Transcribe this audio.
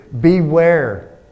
Beware